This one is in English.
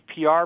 PR